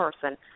person